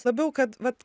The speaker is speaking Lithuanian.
labiau kad vat